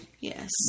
Yes